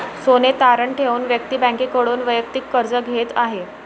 सोने तारण ठेवून व्यक्ती बँकेकडून वैयक्तिक कर्ज घेत आहे